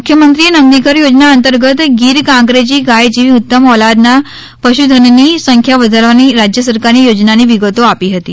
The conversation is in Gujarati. મુખ્યમંત્રીએ નંદીધર યોજના અંતર્ગત ગીર કાંકરેજી ગાય જેવી ઉત્તમ ઓલાદના પશુધનની સંખ્યા વધારવાની રાજ્ય સરકારની યોજનાની વિગતો આપી હતી